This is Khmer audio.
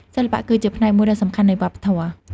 សិល្បៈគឺជាផ្នែកមួយដ៏សំខាន់នៃវប្បធម៌។